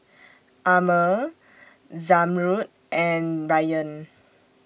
Ammir Zamrud and Ryan